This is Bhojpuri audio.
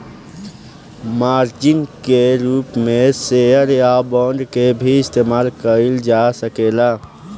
मार्जिन के रूप में शेयर या बांड के भी इस्तमाल कईल जा सकेला